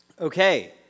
Okay